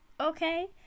Okay